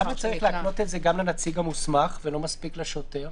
למה צריך להפנות את זה לנציג המוסמך ולא מספיק לשוטר?